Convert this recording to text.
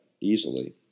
easily